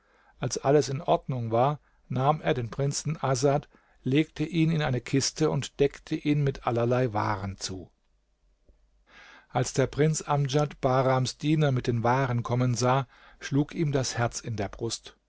als alles in ordnung war nahm er den prinzen asad legte ihn in eine kiste und deckte ihn mit allerlei waren zu als der prinz amdjad bahrams diener mit den waren kommen sah schlug ihm das herz in der brust